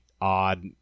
odd